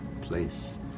place